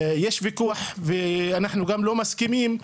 יש ויכוח ואנחנו גם לא מסכימים,